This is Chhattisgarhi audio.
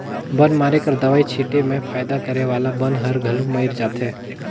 बन मारे कर दवई छीटे में फायदा करे वाला बन हर घलो मइर जाथे